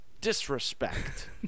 disrespect